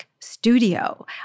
studio